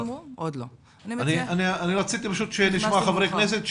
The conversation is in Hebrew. אני רציתי לשמוע חברי כנסת,